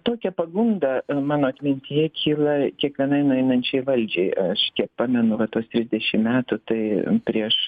tokia pagunda mano atmintyje kyla kiekvienai nueinančiai valdžiai aš kiek pamenu va tuos trisdešim metų tai prieš